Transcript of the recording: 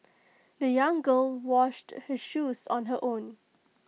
the young girl washed her shoes on her own